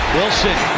Wilson